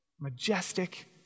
Majestic